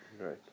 Right